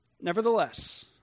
Nevertheless